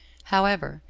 however,